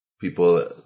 people